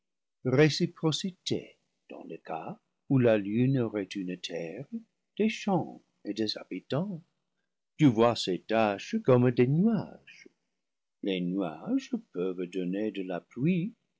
réciprocité dans le cas où la lune aurait une terre des champs et des habitants tu vois ses taches comme des nuages les nuages peuvent donner de la pluie